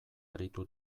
aritu